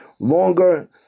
Longer